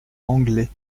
anglet